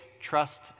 trust